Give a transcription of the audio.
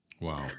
Wow